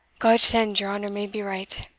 god send your honour may be right!